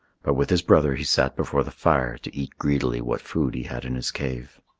but with his brother he sat before the fire to eat greedily what food he had in his cave.